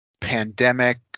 pandemic